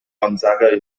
gonzaga